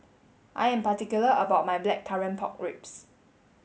I am particular about my blackcurrant pork ribs